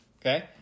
Okay